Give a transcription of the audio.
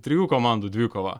trijų komandų dvikova